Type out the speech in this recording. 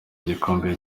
igikombe